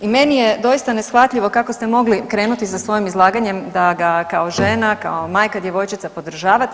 I meni je doista neshvatljivo kako ste mogli krenuti sa svojim izlaganjem da ga kao žena, kao majka djevojčica podržavate.